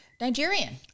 Nigerian